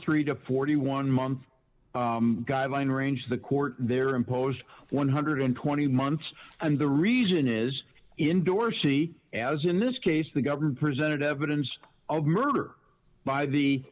three to forty one month guideline range the court there imposed one hundred and twenty months and the reason is in dorsey as in this case the government presented evidence of murder by the